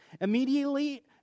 Immediately